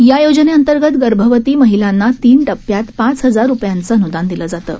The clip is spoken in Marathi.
या योजनेअंतर्पत र्भवती महिलांना तीन हप्त्यात पाच हजार रुपयांच अनूदान दिलं जातं